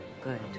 Good